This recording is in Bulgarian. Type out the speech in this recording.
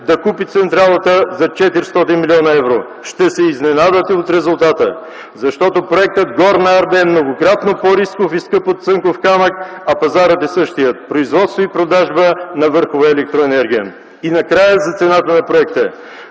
да купи централата за 400 млн. евро. Ще се изненадате от резултата! Защото проектът „Горна Арда” е многократно по-рисков и скъп от „Цанков камък”, а пазарът е същият – производство и продажба на върхова електроенергия. Накрая за цената на проекта.